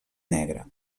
negra